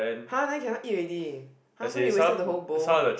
!huh! then cannot eat already !huh! so you wasted the whole bowl